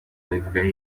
babivugaho